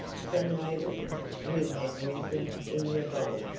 the nobles, who had risen in revolt,